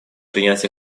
принять